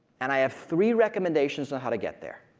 and i have three recommendations on how to get there.